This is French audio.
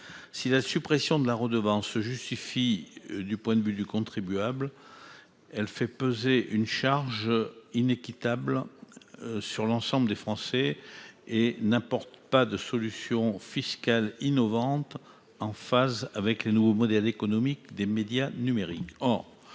Si la suppression de la redevance audiovisuelle se justifie du point de vue du contribuable, elle fait peser une charge inéquitable sur l'ensemble des Français et n'apporte pas de solution fiscale innovante en phase avec les nouveaux modèles économiques des médias numériques.